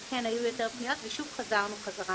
אז כן, היו יותר פניות ושוב חזרנו חזרה